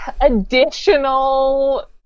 additional